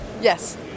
Yes